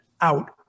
out